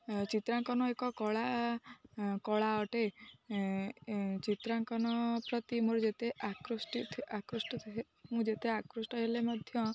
ଚିତ୍ରାଙ୍କନ ଏକ କଳା କଳା ଅଟେ ଚିତ୍ରାଙ୍କନ ପ୍ରତି ମୋର ଯେତେ ଆକୃଷ୍ଟ ଆକୃଷ୍ଟ ମୁଁ ଯେତେ ଆକୃଷ୍ଟ ହେଲେ ମଧ୍ୟ